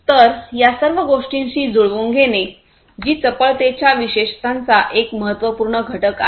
तर या सर्व गोष्टींशि जुळवून घेणे जी चपळतेच्या विशेषतांचा एक महत्त्वपूर्ण घटक आहे